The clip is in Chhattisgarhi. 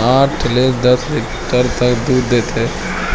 आठ ले दस लीटर तक दूद देथे